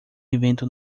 evento